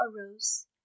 arose